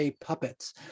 puppets